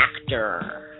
actor